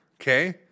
okay